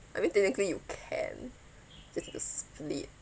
I mean technically you can just need to split